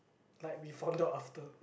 like we found out after